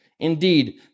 Indeed